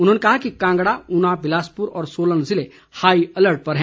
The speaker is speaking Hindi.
उन्होंने कहा कि कांगड़ा ऊना बिलासपुर और सोलन जिले हाई अलर्ट पर है